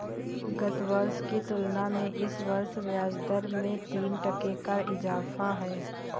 गत वर्ष की तुलना में इस वर्ष ब्याजदर में तीन टके का इजाफा है